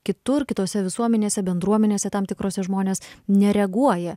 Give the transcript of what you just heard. kitur kitose visuomenėse bendruomenėse tam tikrose žmonės nereaguoja